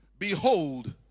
Behold